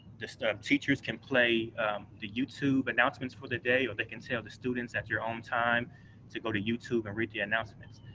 sort of teachers can play the youtube announcements for the day or they can tell the students, at your own time to go to youtube and read the announcements.